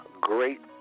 great